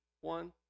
one